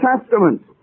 Testament